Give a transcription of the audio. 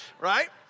right